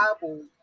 Bible